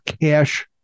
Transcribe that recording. cash